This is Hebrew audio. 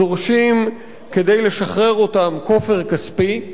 דורשים כדי לשחרר אותם כופר כספי.